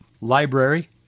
library